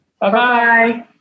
Bye-bye